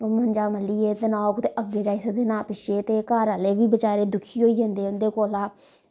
मंजा मल्लियै ते ना ओह् कुतै अग्गै जाई सकदे ते ना पिच्छै ते घर आह्ले बी बचारे दुखी होई जंदे उं'दे कोला